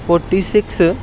forty six